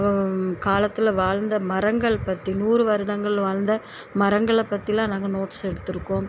காலத்ததில் வாழ்ந்த மரங்கள் பற்றி நூறு வருடங்கள் வாழ்ந்த மரங்களைப் பற்றிலாம் நாங்கள் நோட்ஸ் எடுத்துருக்கோம்